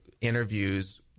interviews